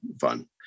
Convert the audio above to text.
fun